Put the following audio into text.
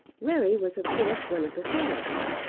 larry was of course one of the friends.